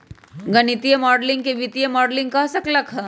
गणितीय माडलिंग के वित्तीय मॉडलिंग कह सक ल ह